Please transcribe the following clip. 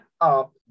up